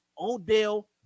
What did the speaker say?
Odell